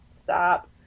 stop